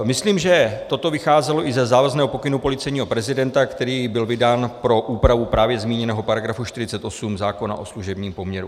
Myslím, že toto vycházelo i ze závazného pokynu policejního prezidenta, který byl vydán pro úpravu právě zmíněného § 48 zákona o služebním poměru.